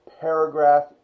Paragraph